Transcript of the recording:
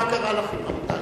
מה קרה לכם, רבותי?